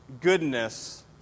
goodness